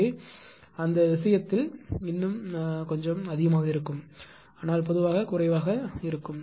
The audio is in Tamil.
எனவே அந்த விஷயத்தில் அது இன்னும் கொஞ்சம் அதிகமாக இருக்கும் ஆனால் அது பொதுவாக குறைவாக இருக்கும்